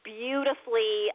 beautifully